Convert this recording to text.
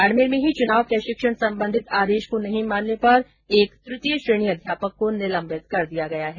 बाडमेर में ही चुनाव प्रशिक्षण संबंधित आदेश को नहीं मानने पर एक तृतीय श्रेणी अध्यापक को निलंबित कर दिया गया है